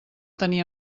tenir